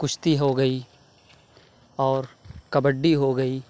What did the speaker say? کُشتی ہو گئی اور کبڈی ہو گئی